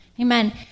Amen